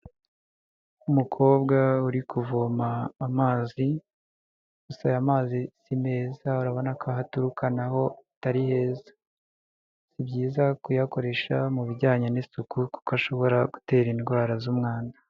Umukobwa uri kuvoma amazi gusa aya mazi si meza urabona ko aho aturuka n'aho atari heza, si byiza kuyakoresha mu bijyanye n'isuku kuko ashobora gutera indwara z'umwanda.